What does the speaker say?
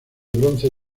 bronce